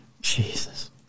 Jesus